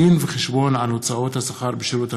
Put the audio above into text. דין וחשבון על הוצאות השכר בשירות המדינה,